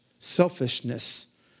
selfishness